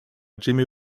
jimmy